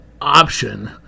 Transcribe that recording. option